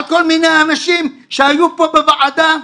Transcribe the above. על כל מיני אנשים שהיו פה בוועדה,